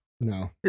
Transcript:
No